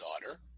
daughter